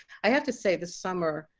i have to say this summer,